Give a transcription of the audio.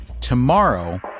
tomorrow